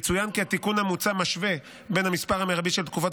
יצוין כי התיקון המוצע משווה בין המספר המרבי של תקופת